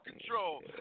control